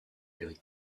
gris